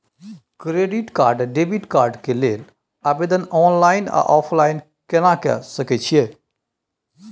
Credit card आ debit card के लेल आवेदन ऑनलाइन आ ऑफलाइन केना के सकय छियै?